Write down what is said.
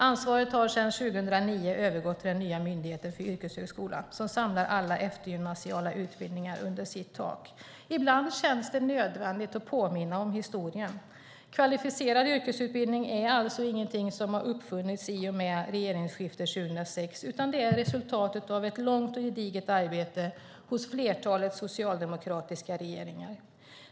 Ansvaret övergick 2009 till den nya Myndigheten för yrkeshögskolan, som samlar alla eftergymnasiala utbildningar under sitt tak. Ibland känns det nödvändigt att påminna om historien. Kvalificerad yrkesutbildning är alltså ingenting som har uppfunnits i och med regeringsskiftet 2006, utan resultatet av ett långt och gediget arbete hos flertalet socialdemokratiska regeringar.